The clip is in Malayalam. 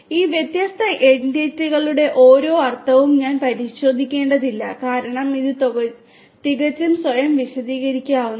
ഈ വ്യത്യസ്ത എന്റിറ്റികളുടെ ഓരോ അർത്ഥവും ഞാൻ പരിശോധിക്കേണ്ടതില്ല കാരണം ഇത് തികച്ചും സ്വയം വിശദീകരിക്കുന്നതാണ്